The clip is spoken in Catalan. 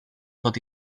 tot